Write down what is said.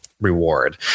reward